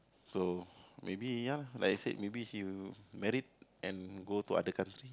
so maybe ya like it say maybe you married and go to other country